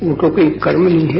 उनको कोई कर्म नहीं है